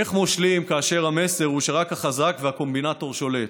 איך מושלים כאשר המסר הוא שרק החזק והקומבינטור שולט?